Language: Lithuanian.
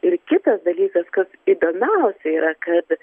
ir kitas dalykas kas įdomiausia yra kad